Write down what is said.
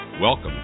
Welcome